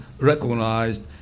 recognized